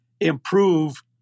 improve